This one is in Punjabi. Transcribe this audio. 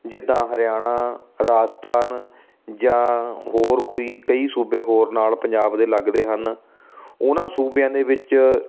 ਜਿੱਦਾਂ ਹਰਿਆਣਾ ਰਾਜਸਥਾਨ ਜਾਂ ਹੋਰ ਕੋਈ ਕਈ ਸੂਬੇ ਹੋਰ ਨਾਲ ਪੰਜਾਬ ਦੇ ਲੱਗਦੇ ਹਨ ਉਹਨਾਂ ਸੂਬਿਆਂ ਦੇ ਵਿੱਚ